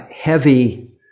heavy